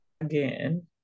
again